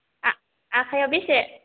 आखायाव बेसे